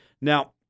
Now